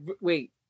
wait